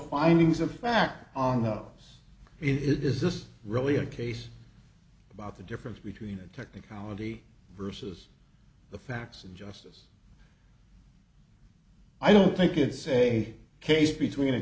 findings of fact on the house it is just really a case about the difference between a technicality versus the facts and justice i don't think it's a case between a